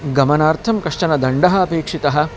गमनार्थं कश्चन दण्डः अपेक्षितः